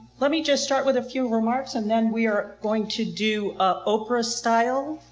let me just start with a few remarks and then we are going to do a oprah style